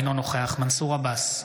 אינו נוכח מנסור עבאס,